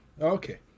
Okay